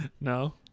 No